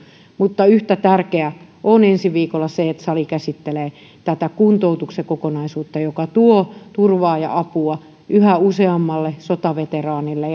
mutta yhtä tärkeää on ensi viikolla se että sali käsittelee tätä kuntoutuksen kokonaisuutta joka tuo turvaa ja apua yhä useammalle sotaveteraanille